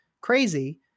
crazy